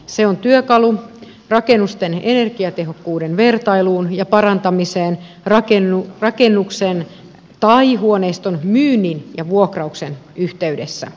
se on työkalu rakennusten energiatehokkuuden vertailuun ja parantamiseen rakennuksen tai huoneiston myynnin ja vuokrauksen yhteydessä